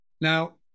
Now